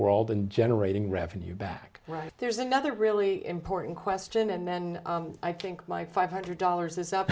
world and generating revenue back right there's another really important question and then i think my five hundred dollars is